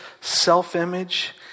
self-image